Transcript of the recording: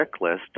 checklist